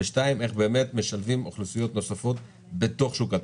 ודבר שני הוא לחשוב איך משלבים אוכלוסיות נוספות בתוך שוק התעסוקה.